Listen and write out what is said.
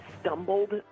stumbled